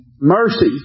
Mercy